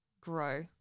grow